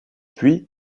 puis